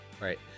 Right